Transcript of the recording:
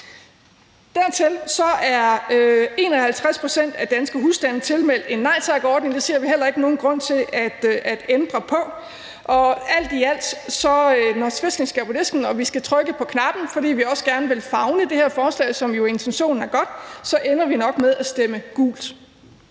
Dertil er 51 pct. af danske husstande tilmeldt en Nej Tak-ordning, og det ser vi heller ikke nogen grund til at ændre på. Når svesken skal på disken og vi skal trykke på knappen, fordi vi også gerne vil favne det her forslag, der har gode intentioner, ender vi nok med at stemme gult.